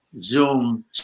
Zoom